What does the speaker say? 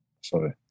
sorry